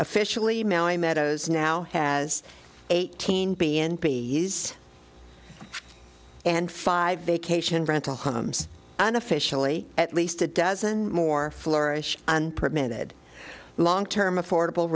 officially meadows now has eighteen b n p yes and five vacation rental homes and officially at least a dozen more flourish and permitted long term affordable